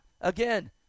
again